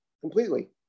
Completely